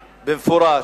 במפורש,